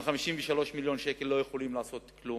עם 53 מיליון שקל לא יכולים לעשות כלום.